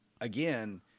again